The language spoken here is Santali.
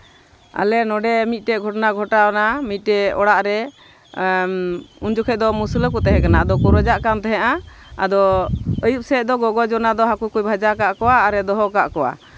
ᱟᱞᱮ ᱱᱚᱰᱮ ᱢᱤᱫᱴᱮᱡ ᱜᱷᱚᱴᱚᱱᱟ ᱜᱷᱚᱴᱟᱣᱱᱟ ᱢᱤᱫᱴᱮᱡ ᱚᱲᱟᱜ ᱨᱮ ᱩᱱ ᱡᱚᱠᱷᱚᱡ ᱫᱚ ᱢᱩᱥᱞᱟᱹ ᱠᱚ ᱛᱟᱦᱮᱸ ᱠᱟᱱᱟ ᱟᱫᱚ ᱨᱳᱡᱟᱜ ᱠᱟᱱ ᱛᱟᱦᱮᱱᱟ ᱟᱫᱚ ᱟᱹᱭᱩᱵ ᱥᱮᱜ ᱫᱚ ᱜᱚᱜᱚ ᱡᱚᱱᱟ ᱫᱚ ᱦᱟᱹᱠᱩ ᱠᱚ ᱵᱷᱟᱡᱟ ᱠᱟᱜ ᱠᱚᱣᱟ ᱟᱨᱮ ᱫᱚᱦᱚ ᱠᱟᱜ ᱠᱚᱣᱟ